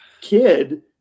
kid